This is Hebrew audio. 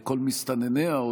כל מסתנניה,